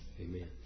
amen